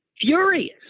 furious